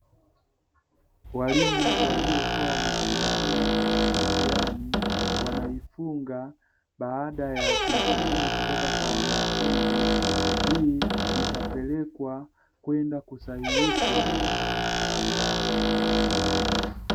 Walimu waliokua wanasimamia mitihani wanaifunga baada ya kuikusanya kutoka kwa wanafunzi ili ikapelekwa kwenda kusahihishwa.